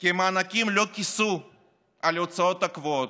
כי המענקים לא כיסו על ההוצאות הקבועות,